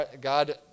God